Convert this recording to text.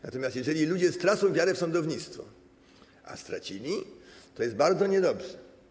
Natomiast jeżeli ludzie stracą wiarę w sądownictwo, a stracili, to będzie bardzo niedobrze.